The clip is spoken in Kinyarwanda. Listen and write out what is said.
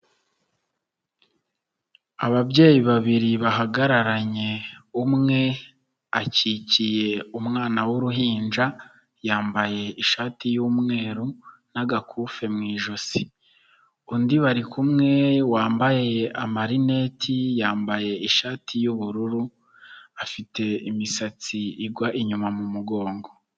Ababyeyi babiri bahagararanye, umwe akikiye umwana w'uruhinja, yambaye ishati y'umweru, n'agakufe mu ijosi. Undi bari kumwe wambaye amarineti, yambaye ishati y'ubururu, afite imisatsi igwa inyuma mu mugongo.